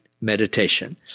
meditation